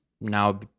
Now